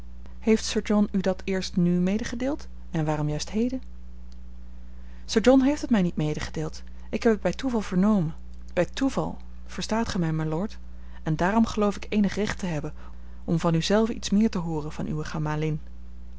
heeft sir john u dat eerst nù medegedeeld en waarom juist heden sir john heeft het mij niet medegedeeld ik heb het bij toeval vernomen bij toeval verstaat gij mij mylord en daarom geloof ik eenig recht te hebben om van u zelven iets meer te hooren van uwe gemalin